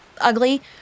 Ugly